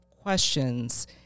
questions